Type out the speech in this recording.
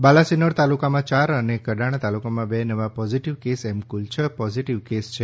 બાલાસિનોર તાલુકામાં યાર અને કડાણા તાલુકામાં બે નવા પોઝિટિવ કેસ એમ કુલ છ પોઝિટિવ કેસ છે